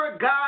God